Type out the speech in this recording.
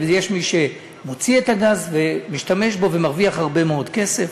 ויש מי שמוציא את הגז ומשתמש בו ומרוויח הרבה מאוד כסף.